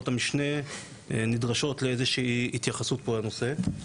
בהקדמה אמרתי שכפי שציינו לפני כשנה,